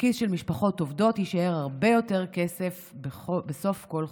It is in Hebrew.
בכיס של משפחות עובדות יישאר הרבה יותר כסף בסוף כל חודש.